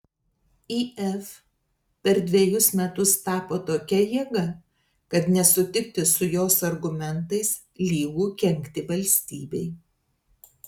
if per dvejus metus tapo tokia jėga kad nesutikti su jos argumentais lygu kenkti valstybei